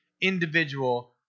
individual